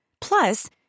Plus